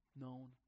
known